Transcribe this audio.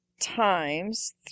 Times